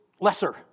lesser